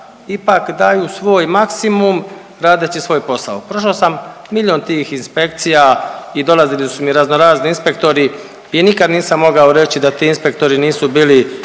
ipak daju svoj maksimum radeći svoj posao. Prošao sam milijun tih inspekcija i dolazili su mi razno razni inspektori i nikad nisam mogao reći da ti inspektori nisu bili